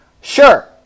sure